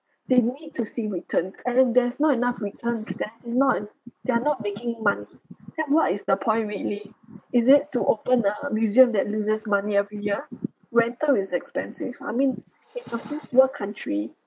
they need to see returns and if there's not enough return means they is not en~ they are not making money then what is the point really is it to open uh museum that loses money every year rental is expensive I mean it affects your country